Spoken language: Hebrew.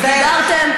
ציפי, אתם נכשלים בהם.